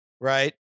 right